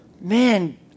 Man